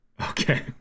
Okay